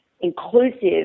inclusive